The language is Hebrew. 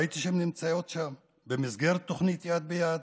ראיתי שהן נמצאות שם במסגרת תוכנית יד ביד,